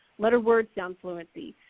letter word sound fluency,